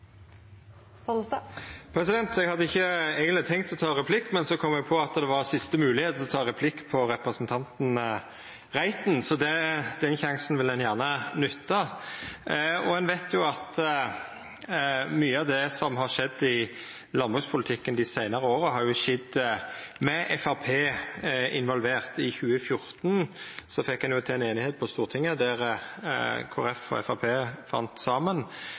Eg hadde eigentleg ikkje tenkt å ta replikk, men så kom eg på at det var siste moglegheit til å ta replikk på representanten Reiten, så den sjansen vil eg gjerne nytta. Ein veit at mykje av det som har skjedd i landbrukspolitikken dei seinare åra, har skjedd med Framstegspartiet involvert. I 2014 fekk ein til ei einigheit på Stortinget, då Kristeleg Folkeparti og Framstegspartiet fann saman.